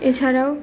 এছাড়াও